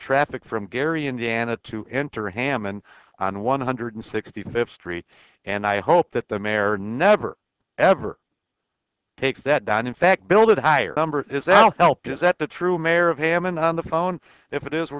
traffic from gary indiana to enter hammond on one hundred sixty fifth street and i hope that the mayor never ever take that down in fact build it higher number is now help is that the true mayor of hammond on the phone if it is we're